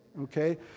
Okay